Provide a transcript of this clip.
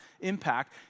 impact